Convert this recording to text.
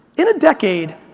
in a decade,